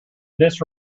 this